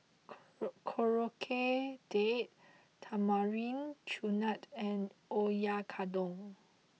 Korokke Date Tamarind Chutney and Oyakodon